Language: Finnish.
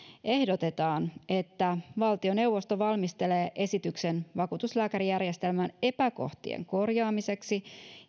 ehdotetaan että valtioneuvosto valmistelee esityksen vakuutuslääkärijärjestelmän epäkohtien korjaamiseksi